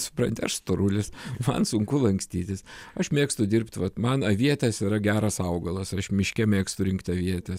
supranti aš storulis man sunku lankstytis aš mėgstu dirbt vat man avietės yra geras augalas aš miške mėgstu rinkt avietes